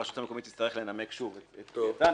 הרשות המקומית תצטרך לנמק שוב את קביעתה.